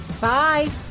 Bye